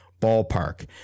ballpark